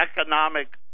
economic